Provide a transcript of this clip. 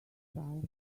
style